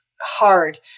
hard